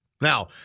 Now